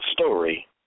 story